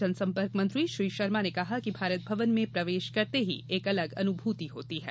जनसम्पर्क मंत्री श्री शर्मा ने कहा कि भारत भवन में प्रवेश करते ही एक अलग अनुभूति होती है